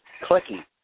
clicky